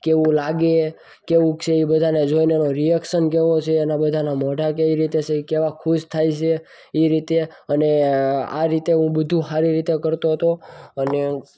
કેવું લાગે કેવુંક છે બધાને જોઈને બધાના રિએક્શન જોવા બધાના મોઢા કઈ રીતે છે કેવા ખુશ થાય છે એ રીતે અને આ રીતે હું બધું સારી રીતે કરતો તો અને